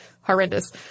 horrendous